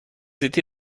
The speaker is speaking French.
été